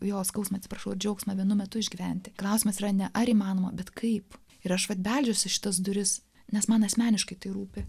jo skausmą atsiprašau džiaugsmą vienu metu išgyventi klausimas yra ne ar įmanoma bet kaip ir aš vat beldžiuosi šitas duris nes man asmeniškai tai rūpi